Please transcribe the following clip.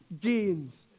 gains